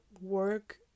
work